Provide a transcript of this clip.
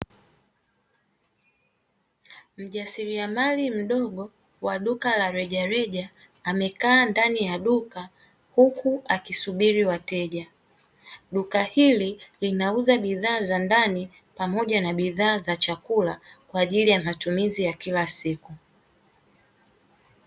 Mjasiliamali mdogo wa duka la reja reja amekaa ndani ya duka, huku akisubili wateja duka hili linauza bidhaa za ndani pamoja na bidhaa za chakula kwa ajili ya matumizi ya kila siku.